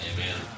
Amen